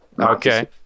Okay